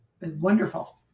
wonderful